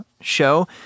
show